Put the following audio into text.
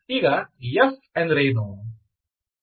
ಈಗ F ಎಂದರೇನು